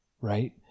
right